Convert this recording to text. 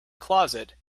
closet